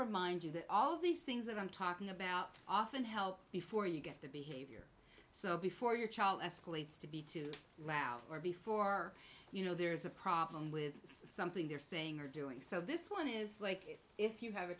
remind you that all these things that i'm talking about often help before you get the behavior so before your child escalates to be too loud or before you know there's a problem with something they're saying or doing so this one is like if you have a